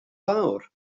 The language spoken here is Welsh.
fawr